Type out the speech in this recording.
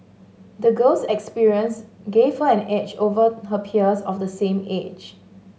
the girl's experience gave her an edge over her peers of the same age